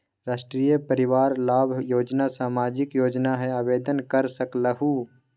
राष्ट्रीय परिवार लाभ योजना सामाजिक योजना है आवेदन कर सकलहु?